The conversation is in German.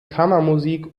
kammermusik